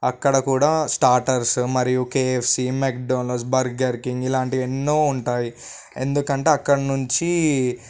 అక్కడ కూడా స్టార్టర్స్ మరియు కేఎఫ్సి మెక్డోనల్ బర్గర్స్ కింగ్ ఇలాంటివి ఎన్నో ఉంటాయి ఎందుకంటే అక్కడ నుంచి